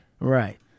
Right